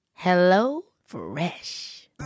HelloFresh